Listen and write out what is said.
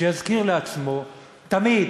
שיזכיר לעצמו תמיד